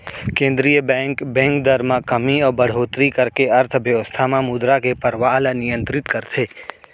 केंद्रीय bank, bank दर म कमी अउ बड़होत्तरी करके अर्थबेवस्था म मुद्रा के परवाह ल नियंतरित करथे